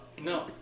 No